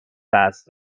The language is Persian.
دست